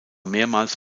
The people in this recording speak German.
mehrmals